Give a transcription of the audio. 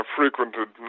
frequented